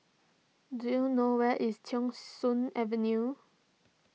do you know where is Thong Soon Avenue